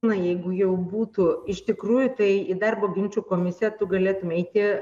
na jeigu jau būtų iš tikrųjų tai į darbo ginčų komisiją tu galėtum eiti